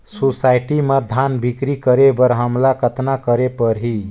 Society म धान बिक्री करे बर हमला कतना करे परही?